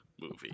movie